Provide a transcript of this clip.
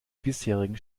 bisherigen